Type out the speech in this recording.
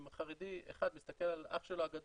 כי אם חרדי אחד מסתכל על אח שלו הגדול,